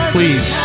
Please